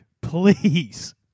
Please